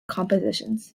compositions